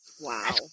Wow